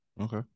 okay